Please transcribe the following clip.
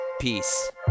Peace